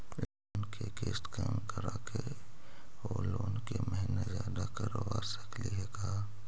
Loan के किस्त कम कराके औ लोन के महिना जादे करबा सकली हे का?